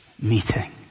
meeting